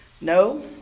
No